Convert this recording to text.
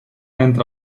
entra